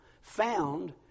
found